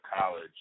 college